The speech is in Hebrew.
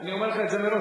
אני אומר לך את זה מראש,